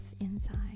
inside